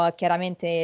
chiaramente